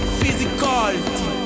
physicality